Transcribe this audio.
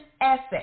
asset